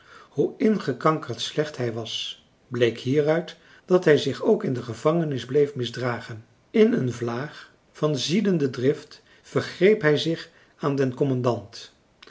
hoe ingekankerd slecht hij was bleek hieruit dat hij zich ook in de gevangenis bleef misdragen in een vlaag van ziedende drift vergreep hij zich aan den commandant